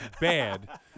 bad